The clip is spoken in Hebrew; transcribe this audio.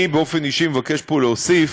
באופן אישי אני מבקש פה להוסיף,